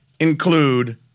Include